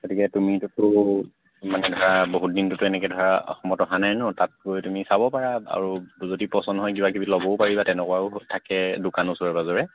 গতিকে তুমিটোতো মানে ধৰা বহুত দিনটোতো এনেকৈ ধৰা অসমত অহা নাই ন তাত গৈ তুমি চাব পাৰা আৰু যদি পচন্দ হয় কিব কিবি ল'বও পাৰিবা তেনেকুৱাও থাকে দোকান ওচৰে পাঁজৰে